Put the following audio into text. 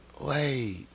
wait